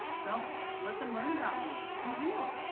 don't! let them learn about you. be real.